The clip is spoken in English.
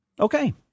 Okay